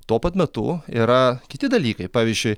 tuo pat metu yra kiti dalykai pavyzdžiui